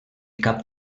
cap